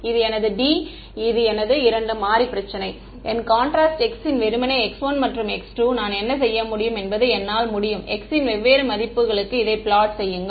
இது எனது D இது எனது இரண்டு மாறி பிரச்சினை என் கான்ட்ராஸ்ட் x வெறுமனே x1 மற்றும் x2 நான் என்ன செய்ய முடியும் என்பது என்னால் முடியும் x இன் வெவ்வேறு மதிப்புகளுக்கு இதை பிளாட் செய்யுங்கள்